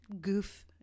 goof